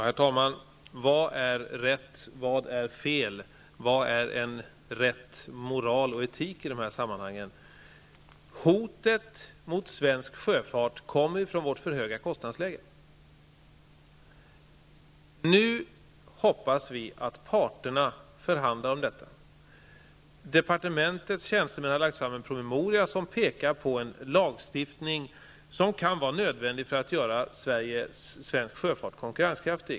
Herr talman! Vad är rätt? Vad är fel? Vad är en rätt moral och etik i detta sammanhang? Hotet mot svensk sjöfart utgörs av vårt för höga kostnadsläge. Nu hoppas vi att parterna förhandlar om förslaget. Departementets tjänstemän har avgett en promemoria som föreslår en lagstiftning, som kan vara nödvändig för att göra svensk sjöfart konkurrenskraftig.